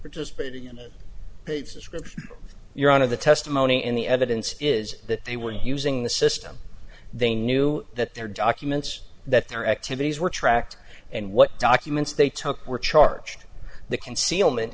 participating in a paid subscription you're out of the testimony in the evidence is that they were using the system they knew that their documents that their activities were tracked and what documents they took were charged the concealment